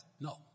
No